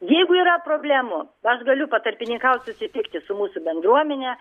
jeigu yra problemų aš galiu patarpininkauti susitikti su mūsų bendruomene